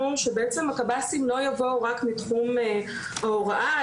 שבעצם הקב"סים לא יבואו רק מתחום ההוראה,